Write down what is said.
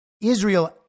Israel